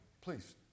please